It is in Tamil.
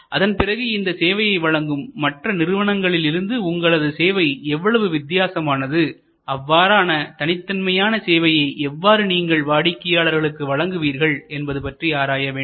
அதன் பிறகு இந்த சேவையை வழங்கும் மற்ற நிறுவனங்களிலிருந்து உங்களது சேவை எவ்வளவு வித்தியாசமானது அவ்வாறான தனித்தன்மையான சேவையை எவ்வாறு நீங்கள் வாடிக்கையாளர்களுக்கு வழங்குவீர்கள் என்பது பற்றி ஆராய வேண்டும்